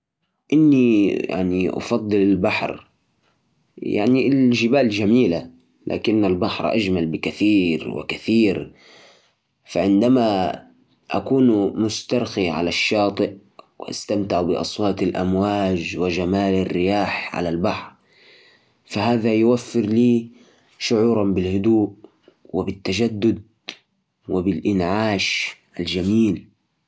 بالنسبالي والله بفضل البحر على الجبال أحب البحر لأنه يعطي شعور بالهدوء والاسترخاء وكمان أحب أستمتع بالسباحة والرمل الأجواء البحرية تكون ممتعة ومليانه نشاط بتخليني أقضي وقت مع العائلة والأصدقاء مرة حلوة كمان أحب أسمع صوت الأمواج ونسيم البحر يخلي قلبي مرتاح